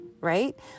right